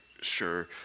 sure